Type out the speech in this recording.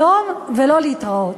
שלום ולא להתראות.